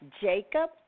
Jacob